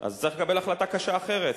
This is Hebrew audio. אז צריך לקבל החלטה קשה אחרת.